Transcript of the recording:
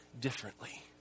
differently